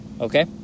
okay